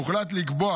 הוחלט לקבוע